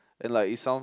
and like it sounds